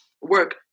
work